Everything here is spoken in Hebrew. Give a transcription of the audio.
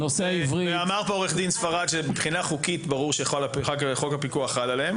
אמר פה עורך דין ספרד שמבחינה חוקית ברור שחוק הפיקוח חל עליהם,